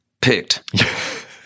picked